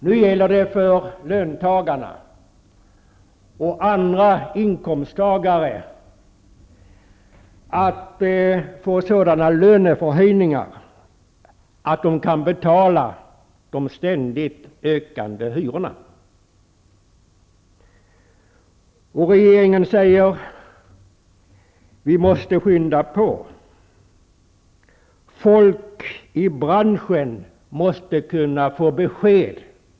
Nu gäller det för löntagarna och andra inkomsttagare att få sådana lönehöjningar att de kan betala de ständigt stigande hyrorna. Regeringen säger: Vi måste skynda på. Folk i branschen måste kunna få besked.